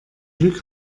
glück